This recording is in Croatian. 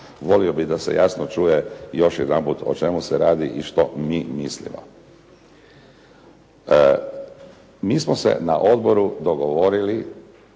volio bih da se jasno čuje još jedanput u čemu se radi i što mi mislimo. Mi smo se na odboru dogovorili